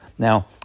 Now